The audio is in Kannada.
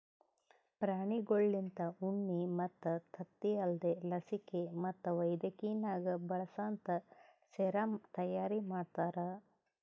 ಪ್ರಾಣಿಗೊಳ್ಲಿಂತ ಉಣ್ಣಿ ಮತ್ತ್ ತತ್ತಿ ಅಲ್ದೇ ಲಸಿಕೆ ಮತ್ತ್ ವೈದ್ಯಕಿನಾಗ್ ಬಳಸಂತಾ ಸೆರಮ್ ತೈಯಾರಿ ಮಾಡ್ತಾರ